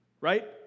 right